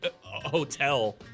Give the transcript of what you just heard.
hotel